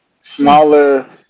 Smaller